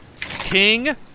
King